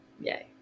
yay